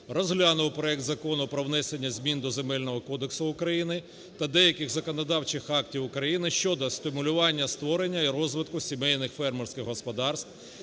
розглянув проект Закону про внесення змін до Земельного кодексу України та деяких законодавчих актів України щодо стимулювання створення і розвитку сімейних фермерських господарств,